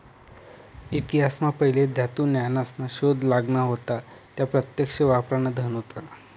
इतिहास मा पहिले धातू न्या नासना शोध लागना व्हता त्या प्रत्यक्ष वापरान धन होत